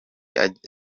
kandi